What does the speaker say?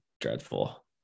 dreadful